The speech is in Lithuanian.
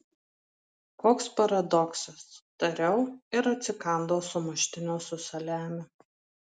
koks paradoksas tariau ir atsikandau sumuštinio su saliamiu